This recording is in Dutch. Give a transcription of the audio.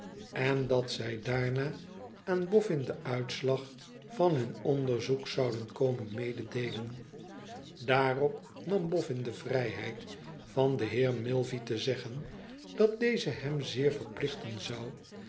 en dat zij daarna aan boffin den uitslag van hun onderzoek zouden komen mededeelen daarop nam boffin de vrijheid van den heer milvey te zeggen dat deze hem zeer verplichten zou